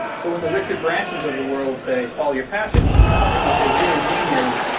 so, when the richard bransons of the world say follow your passion, often what they really mean is,